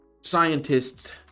scientists